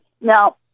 Now